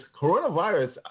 coronavirus